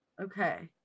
Okay